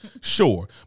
Sure